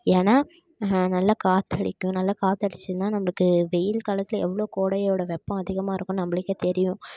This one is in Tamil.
ஏன்னா அங்கே நல்லா காற்றடிக்கும் நல்லா காற்றடிச்சிதுன்னா நம்மளுக்கு வெயில் காலத்தில் எவ்வளோ கோடையோடய வெப்பம் அதிகமாகருக்குன்னு நம்பளுக்கே தெரியும்